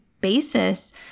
basis